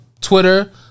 Twitter